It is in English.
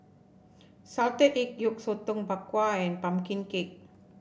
Salted Egg Yolk Sotong Bak Kwa and pumpkin cake